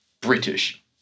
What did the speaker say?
British